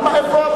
איפה?